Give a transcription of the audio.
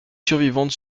survivantes